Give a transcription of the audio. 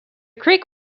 creek